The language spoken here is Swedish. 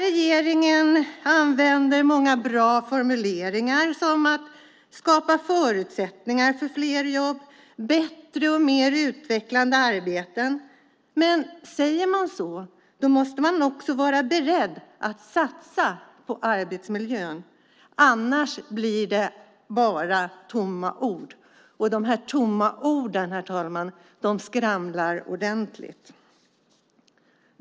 Regeringen använder sig av många bra formuleringar som "skapa förutsättningar för fler jobb", "bättre och mer utvecklande arbeten", men om man säger så måste man också vara beredd att satsa på arbetsmiljön, annars blir det bara tomma ord. De tomma orden, herr talman, skramlar ordentligt.